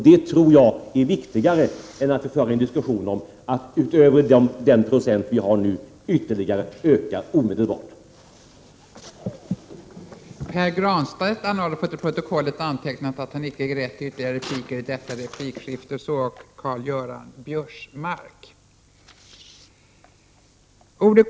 Det tror jag är viktigare än att föra en diskussion om att utöver den procent vi nu avsätter till bistånd omedelbart Prot. 1988/89:99 ytterligare öka andelen. 19 april 1989